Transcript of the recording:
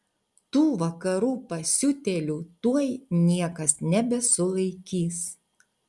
tų vakarų pasiutėlių tuoj niekas nebesulaikys